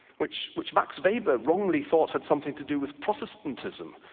which which max weber wrongly thought had something to do with protestantism.